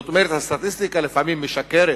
הסטטיסטיקה לפעמים משקרת,